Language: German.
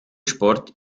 sport